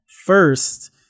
first